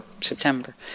September